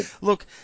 Look